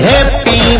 Happy